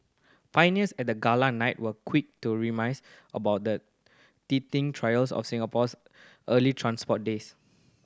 pioneers at the gala night were quick to reminisce about the teething trials of Singapore's early transport days